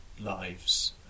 lives